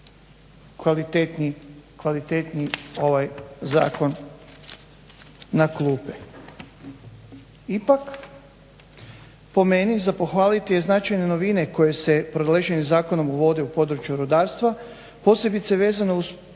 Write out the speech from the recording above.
kvalitetni ovaj zakon na klupe.